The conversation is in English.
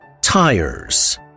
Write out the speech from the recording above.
Tires